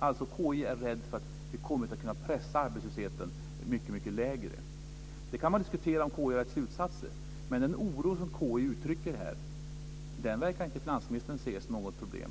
KI är alltså rädd för att vi inte kommer att kunna pressa arbetslösheten mycket lägre. Man kan diskutera om KI drar rätt slutsatser, men den oro som KI uttrycker verkar inte finansministern se som något problem.